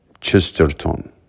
Chesterton